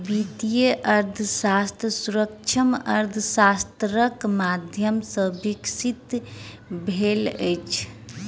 वित्तीय अर्थशास्त्र सूक्ष्म अर्थशास्त्रक माध्यम सॅ विकसित भेल अछि